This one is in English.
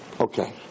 Okay